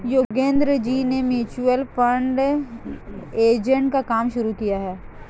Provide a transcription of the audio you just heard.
योगेंद्र जी ने mutual fund agent का काम शुरू किया है